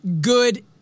good